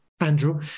Andrew